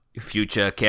future